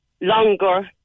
longer